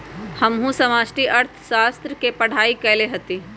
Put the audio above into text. हमहु समष्टि अर्थशास्त्र के पढ़ाई कएले हति